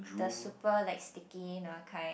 the super like sticky nua kind